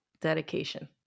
dedication